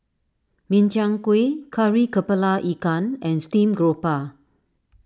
Min Chiang Kueh Kari Kepala Ikan and Stream Grouper